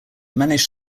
managed